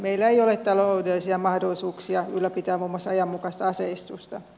meillä ei ole taloudellisia mahdollisuuksia ylläpitää muun muassa ajanmukaista aseistusta